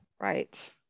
Right